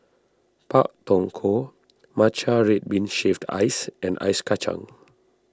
Pak Thong Ko Matcha Red Bean Shaved Ice and Ice Kachang